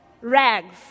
rags